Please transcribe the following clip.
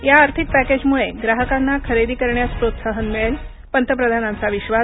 या आर्थिक पॅकेजमुळे ग्राहकांना खरेदी करण्यास प्रोत्साहन मिळेल पंतप्रधानांचा विश्वास